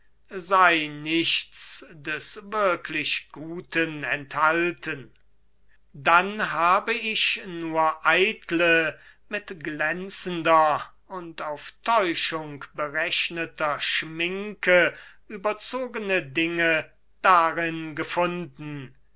sei nichts des wirklich guten enthalten dann habe ich nur eitle mit glänzender und auf täuschung berechneter schminke überzogene dinge darin gefunden